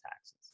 taxes